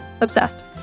obsessed